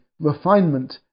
refinement